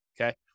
okay